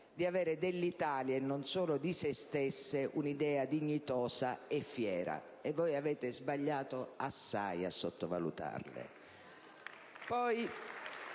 di avere dell'Italia, e non solo di se stesse, un'idea dignitosa e fiera, e voi avete sbagliato assai a sottovalutarle.